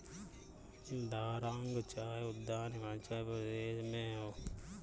दारांग चाय उद्यान हिमाचल प्रदेश में हअ